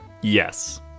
Yes